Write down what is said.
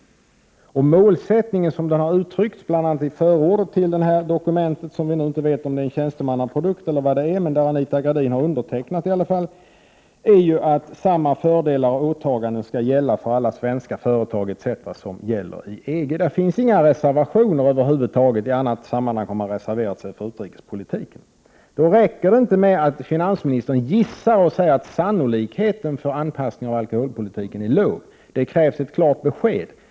Målsättningen, som den har uttryckts, bl.a. i förordet till det dokument som vi nu inte vet om det är en tjänstemannaprodukt eller vad det är men som i alla fall Anita Gradin har undertecknat, är att samma fördelar och åtaganden skall gälla för alla svenska företag etc. som gäller i EG. Där finns inga reservationer över huvud taget. I annat sammanhang har man reserverat sig när det gäller utrikespolitiken. Då räcker det inte med att finansministern gissar och säger att sannolikheten för en anpassning av alkoholpolitiken är låg. Det krävs ett klart besked.